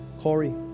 Corey